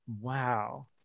Wow